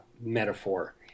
metaphor